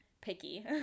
picky